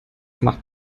macht